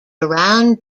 around